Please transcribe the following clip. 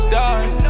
die